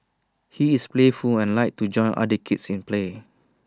he is playful and likes to join other kids in play